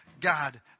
God